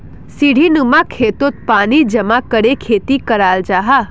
सीढ़ीनुमा खेतोत पानी जमा करे खेती कराल जाहा